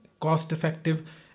cost-effective